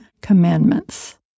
Commandments